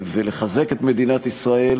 ולחזק את מדינת ישראל.